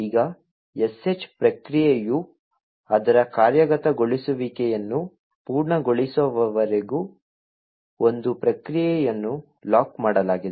ಈಗ sh ಪ್ರಕ್ರಿಯೆಯು ಅದರ ಕಾರ್ಯಗತಗೊಳಿಸುವಿಕೆಯನ್ನು ಪೂರ್ಣಗೊಳಿಸುವವರೆಗೆ ಒಂದು ಪ್ರಕ್ರಿಯೆಯನ್ನು ಲಾಕ್ ಮಾಡಲಾಗಿದೆ